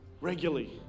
regularly